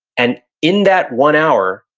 and in that one hour,